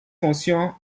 fonction